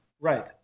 right